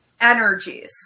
energies